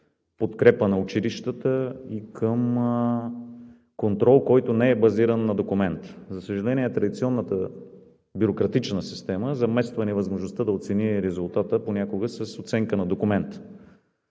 подкрепа на училищата и към контрол, който не е базиран на документ. За съжаление, традиционната бюрократична система замества невъзможността да оцени понякога резултата с оценка на документ